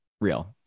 real